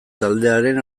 taldearen